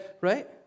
right